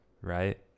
right